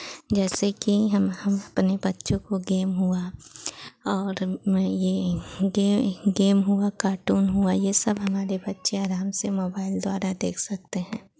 जैसे कि हम हम अपने बच्चों को गेम हुआ और ये गेम गेम हुआ कार्टून हुआ ये सब हमारे बच्चे आराम से मोबाइल द्वारा देख सकते हैं